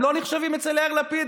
הם לא נחשבים אצל יאיר לפיד?